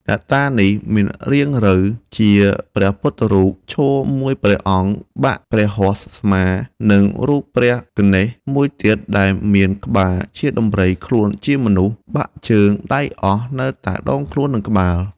អ្នកតានេះ មានរាងរៅជាព្រះពុទ្ធរូបឈរមួយព្រះអង្គ បាក់ព្រះហស្តម្ខាង និងរូបព្រះគណេស មួយទៀត ដែលមានក្បាលជាដំរីខ្លួនជាមនុស្ស បាក់ជើង-ដៃអស់នៅតែដងខ្លួននិងក្បាល